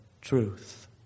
Truth